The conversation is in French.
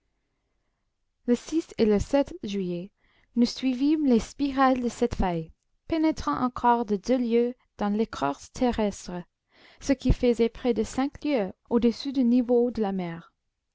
le et le juillet nous suivîmes les spirales de cette faille pénétrant encore de deux lieues dans l'écorce terrestre ce qui faisait près de cinq lieues au-dessous du niveau de la mer